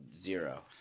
Zero